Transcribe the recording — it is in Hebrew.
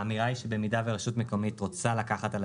האמירה היא שבמידה שרשות מקומית רוצה לקחת על